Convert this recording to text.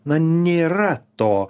na nėra to